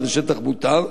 שזה שטח מותר.